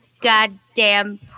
goddamn